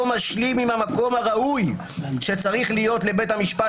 משלים עם המקום הראוי שצריך להיות לבית המשפט,